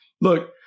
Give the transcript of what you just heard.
Look